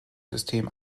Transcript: system